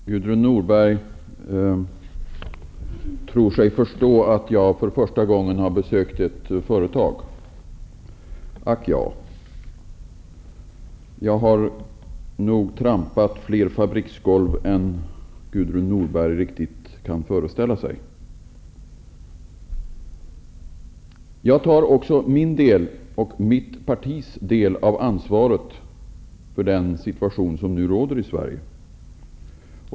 Herr talman! Gudrun Norberg tror sig förstå att jag för första gången har besökt ett företag. Ack, ja! Jag har nog trampat fler fabriksgolv än Gudrun Norberg riktigt kan föreställa sig. Jag tar också min del, och mitt partis del, av ansvaret för den situation som nu råder i Sverige.